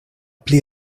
pli